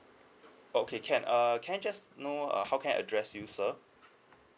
okay can err can I just know uh how can I address you sir